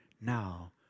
now